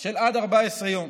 של עד 14 יום,